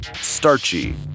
Starchy